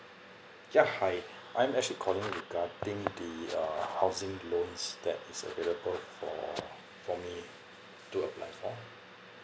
yeah hi I'm actually calling regarding the uh housing loans that is available for for me to apply for